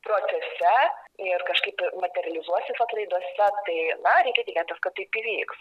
procese ir kažkaip materializuosis atlaiduose tai na reikia tikėtis kad taip įvyks